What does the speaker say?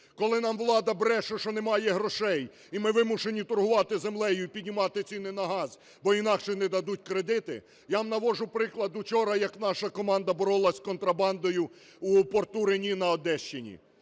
Коли нам влада бреше, що немає грошей, і ми вимушені торгувати землею і піднімати ціни на газ, бо інакше не дадуть кредити, я вам навожу приклад учора, як наша команда боролася з контрабандою у порту Рені на Одещині.